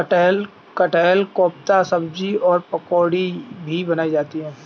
कटहल का कोफ्ता सब्जी और पकौड़ी भी बनाई जाती है